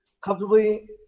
comfortably